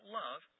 love